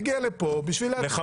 מגיע לפה בשביל להטריל.